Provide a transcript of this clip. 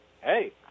hey